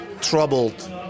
troubled